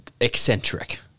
eccentric